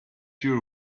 your